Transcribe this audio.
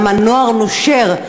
למה נוער נושר.